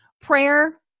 Prayer